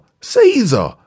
Caesar